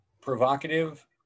provocative